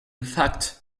fact